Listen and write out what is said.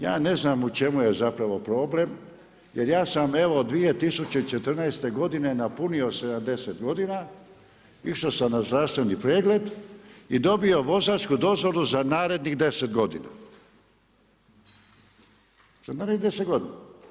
Ja ne znam u čemu je zapravo problem, jer ja sam evo 2014. godine napunio 70 godina, išao sam na zdravstveni pregled i dobio vozačku dozvolu za narednih 10 godina, za narednih 10 godina.